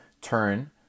turn